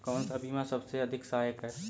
कौन सा बीमा सबसे अधिक सहायक है?